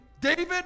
David